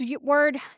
word